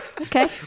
Okay